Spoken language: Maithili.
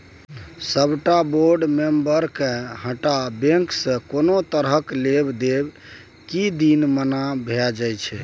सबटा बोर्ड मेंबरके हटा बैंकसँ कोनो तरहक लेब देब किछ दिन मना भए जाइ छै